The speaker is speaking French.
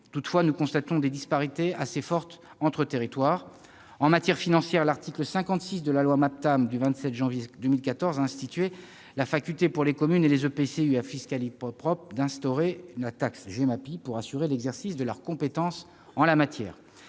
Toutefois, nous constatons des disparités assez fortes entre territoires. En matière financière, l'article 56 de la loi Maptam du 27 janvier 2014 a instauré la faculté, pour les communes et les EPCI à fiscalité propre, d'instituer la taxe Gemapi pour assurer l'exercice de leur compétence en la matière.